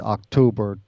October